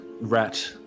rat